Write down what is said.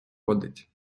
водить